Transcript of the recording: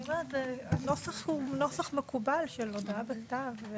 אני אומרת, הנוסח הוא נוסח מקובל של הודעה בכתב.